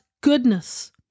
goodness